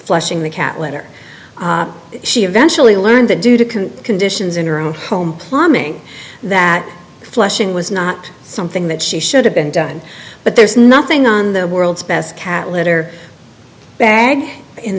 flushing the cat litter she eventually learned that due to cont conditions in her own home plumbing that flushing was not something that she should have been done but there's nothing on the world's best cat litter bag in